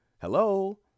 hello